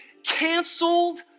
canceled